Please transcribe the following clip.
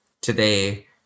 today